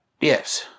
Yes